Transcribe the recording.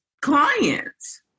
clients